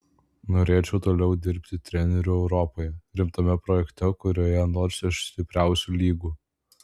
norėčiau toliau dirbti treneriu europoje rimtame projekte kurioje nors iš stipriausių lygų